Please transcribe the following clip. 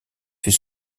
fut